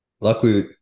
Luckily